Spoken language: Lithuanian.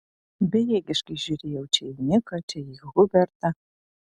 bejėgiškai žiūrėjau čia į niką čia į hubertą